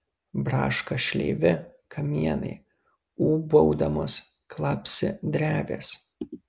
braška šleivi kamienai ūbaudamos klapsi drevės